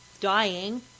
dying –